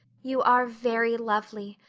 you are very lovely,